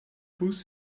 bus